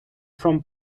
from